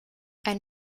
ein